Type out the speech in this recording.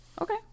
Okay